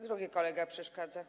Drugi kolega przeszkadza.